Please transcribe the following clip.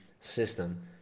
system